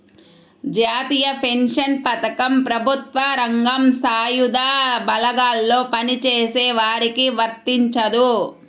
జాతీయ పెన్షన్ పథకం ప్రభుత్వ రంగం, సాయుధ బలగాల్లో పనిచేసే వారికి వర్తించదు